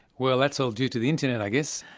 well that's all due to the internet, i guess,